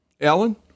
Alan